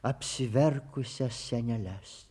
apsiverkusias seneles